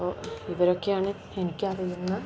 അപ്പോൾ ഇവരൊക്കെയാണ് എനിക്ക് അറിയുന്ന